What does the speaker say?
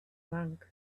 monk